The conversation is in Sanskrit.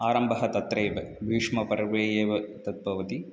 आरम्भः तत्रैव भीष्मपर्वे एव तद्भवति